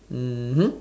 mmhmm